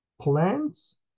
plants